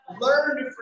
Learn